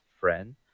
friend